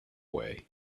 way